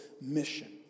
mission